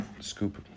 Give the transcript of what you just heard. Scoop